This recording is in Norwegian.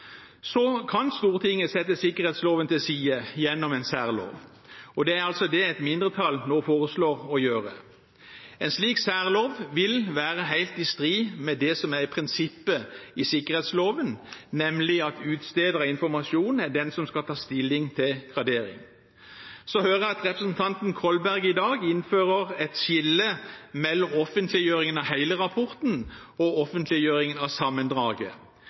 så dramatisk skritt, i forbindelse med Lund-rapporten. Imidlertid var den kommisjonen nedsatt av Stortinget selv, og det var enighet med regjeringen om at informasjonen kunne nedgraderes. Ingen av delene er tilfellet i objektsikringssaken. Stortinget kan sette sikkerhetsloven til side gjennom en særlov, og det er det et mindretall nå foreslår å gjøre. En slik særlov vil være helt i strid med det som er prinsippet i sikkerhetsloven, nemlig at utsteder av informasjonen er den som skal ta stilling